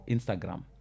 Instagram